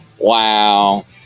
wow